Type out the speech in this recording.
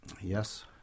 Yes